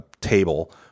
table